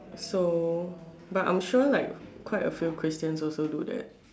so but I'm sure like quite a few Christians also do that